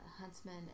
Huntsman